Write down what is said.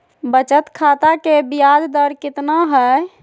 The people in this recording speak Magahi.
बचत खाता के बियाज दर कितना है?